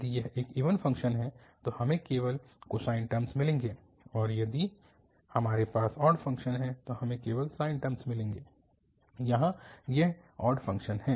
यदि यह एक इवन फ़ंक्शन है तो हमें केवल कोसाइन टर्म मिलेंगे और यदि हमारे पास ऑड फ़ंक्शन है तो हमें केवल साइन टर्म मिलेंगे यहाँ यह ऑड फ़ंक्शन है